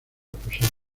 profesor